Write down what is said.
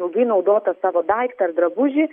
ilgai naudotą savo daiktą ar drabužį